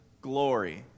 glory